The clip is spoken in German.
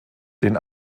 den